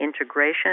integration